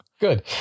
Good